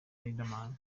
riderman